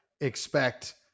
expect